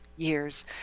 years